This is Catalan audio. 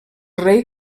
rei